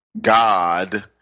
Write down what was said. God